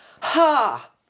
Ha